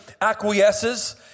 acquiesces